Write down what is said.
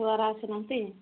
ଛୁଆଗୁରା ଆସିନାହାନ୍ତି